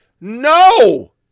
no